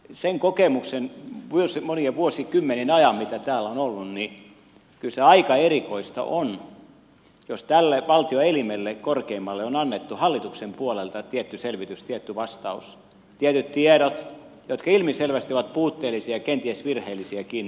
sen kokemuksen perusteella monien vuosikymmenien ajan mitä täällä olen ollut kyllä se aika erikoista on jos tälle valtioelimelle korkeimmalle on annettu hallituksen puolelta tietty selvitys tietty vastaus tietyt tiedot jotka ilmiselvästi ovat puutteellisia ja kenties virheellisiäkin